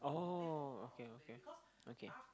oh okay okay okay